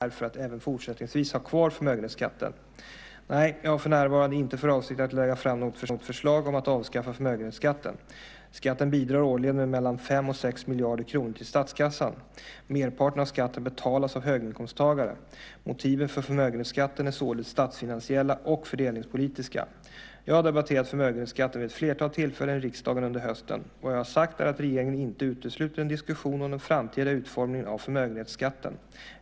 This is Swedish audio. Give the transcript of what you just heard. Herr talman! Stefan Hagfeldt har frågat mig om jag avser att lägga fram ett förslag om avskaffande av förmögenhetsskatten och i så fall när. Stefan Hagfeldt har vidare frågat, för det fall något sådant förslag inte kommer att läggas fram, vilka mina motiv är för att även fortsättningsvis ha kvar förmögenhetsskatten. Nej, jag har för närvarande inte för avsikt att lägga fram något förslag om att avskaffa förmögenhetsskatten. Skatten bidrar årligen med mellan 5 och 6 miljarder kronor till statskassan. Merparten av skatten betalas av höginkomsttagare. Motiven för förmögenhetsskatten är således statsfinansiella och fördelningspolitiska. Jag har debatterat förmögenhetsskatten vid ett flertal tillfällen i riksdagen under hösten. Vad jag har sagt är att regeringen inte utesluter en diskussion om den framtida utformningen av förmögenhetsskatten.